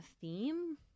theme